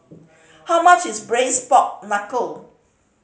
how much is Braised Pork Knuckle